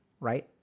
Right